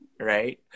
right